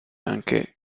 anche